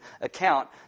account